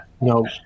No